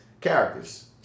characters